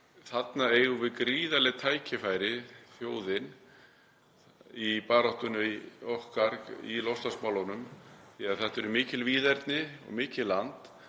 þarna eigum við gríðarleg tækifæri, þjóðin, í baráttu okkar í loftslagsmálum. Þetta eru mikil víðerni og mikið land